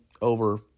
over